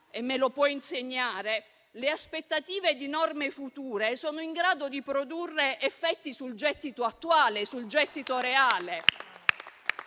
e mi può insegnare che le aspettative di norme future sono in grado di produrre effetti sul gettito attuale, reale.